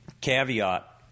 Caveat